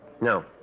No